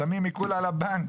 שמים עיקול על הבנק.